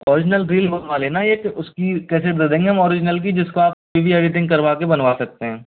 original reel बनवा लेना एक उस की कैसेट दे देंगे हम ओरिजनल की जिस को आप वीडियो एडिटिंग करवा के बना सकते हैं